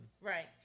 Right